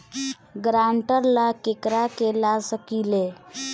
ग्रांतर ला केकरा के ला सकी ले?